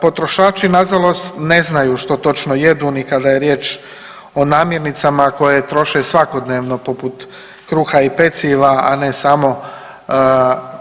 Potrošači nažalost ne znaju što točno jedu ni kada je riječ o namirnicama koje troše svakodnevno poput kruha i peciva, a ne samo